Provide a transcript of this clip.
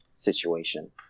situation